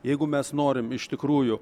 jeigu mes norim iš tikrųjų